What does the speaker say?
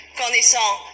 connaissant